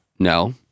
No